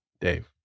Dave